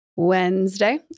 Wednesday